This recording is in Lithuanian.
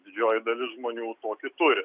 didžioji dalųis žmonių tokį turi